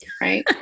right